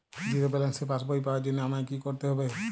Zero ব্যালেন্সের পাসবই পাওয়ার জন্য আমায় কী করতে হবে?